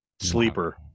sleeper